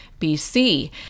BC